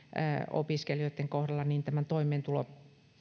opiskelijoitten kohdalla tämä toimeentulo